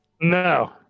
No